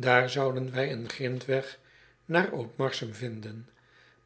aar zouden wij een grindweg naar otmarsum vinden